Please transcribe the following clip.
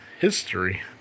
history